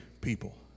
people